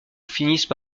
finissent